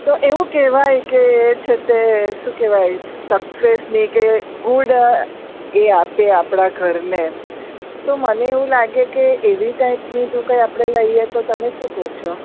તો એવું કહેવાય કે છે તે શું કહેવાય સક્સેસની કે ગુડ એ આપે આપણા ઘરને તો મને એવું લાગે કે એવી ટાઇપનું જો કઈ આપણે લઈએ તો તમે શું કહો છો